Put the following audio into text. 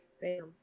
bam